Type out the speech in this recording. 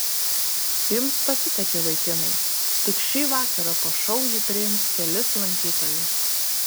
jums pasisekė vaikinai tik šį vakarą po šou ji priims kelis lankytojus